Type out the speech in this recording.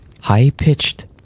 High-pitched